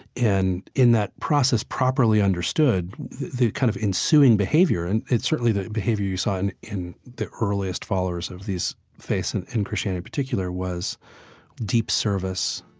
and in that process properly understood the kind of ensuing behavior and it's certainly the behavior you saw and in the earliest followers of these faiths and in christianity in particular, was deep service,